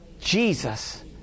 Jesus